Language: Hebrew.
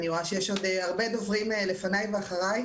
אני רואה שיש עוד הרבה דוברים לפניי ואחריי,